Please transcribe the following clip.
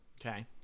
Okay